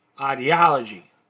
ideology